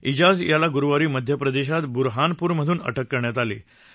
इजाज याला गुरूवारी मध्यप्रदेशात बुरहानपूरमधून अटक करण्यात आलं होतं